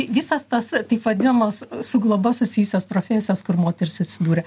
visas tas taip vadinamas su globa susijusias profesijas kur moterys atsidūrė